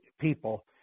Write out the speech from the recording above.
people